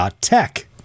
Tech